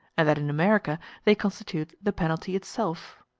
and that in america they constitute the penalty itself.